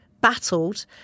battled